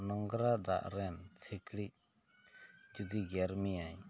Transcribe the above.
ᱱᱚᱝᱨᱟ ᱫᱟᱜ ᱨᱮᱱ ᱥᱤᱠᱬᱤᱡ ᱡᱩᱫᱤ ᱜᱮᱨ ᱢᱮᱭᱟᱭ